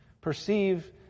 Perceive